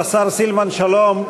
השר סילבן שלום,